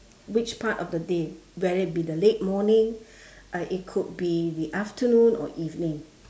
which part of the day where it be the late morning uh it could be the afternoon or evening